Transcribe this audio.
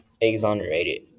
exonerated